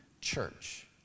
church